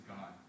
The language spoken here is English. God